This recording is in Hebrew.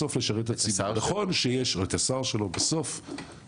את השר שלו אלא לשרת את הציבור.